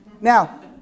Now